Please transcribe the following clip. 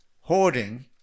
hoarding